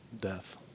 death